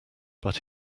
but